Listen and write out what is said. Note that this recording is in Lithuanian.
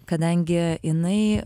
kadangi jinai